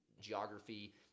geography